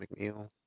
mcneil